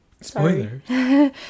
spoilers